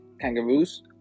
kangaroos